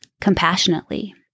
compassionately